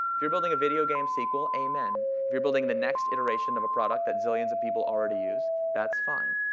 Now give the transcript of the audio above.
if you're building a video game sequel, amen. if you're building the next iteration of a product that zillions of people already use, that's fine.